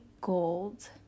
gold